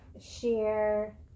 share